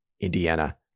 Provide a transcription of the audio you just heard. Indiana